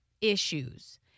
issues